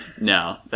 No